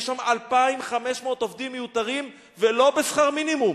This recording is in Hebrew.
יש שם 2,500 עובדים מיותרים ולא בשכר מינימום,